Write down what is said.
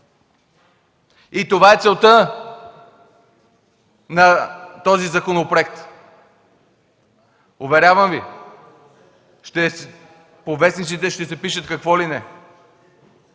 Това е целта на законопроекта. Уверявам Ви, по вестниците ще се пише какво ли не.